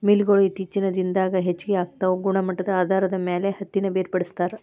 mill ಗೊಳು ಇತ್ತೇಚಿನ ದಿನದಾಗ ಹೆಚಗಿ ಆಗಾಕತ್ತಾವ ಗುಣಮಟ್ಟದ ಆಧಾರದ ಮ್ಯಾಲ ಹತ್ತಿನ ಬೇರ್ಪಡಿಸತಾರ